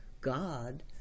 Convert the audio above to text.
God